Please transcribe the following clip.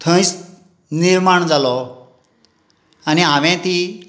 थंयच निर्माण जालो आनी हांवें ती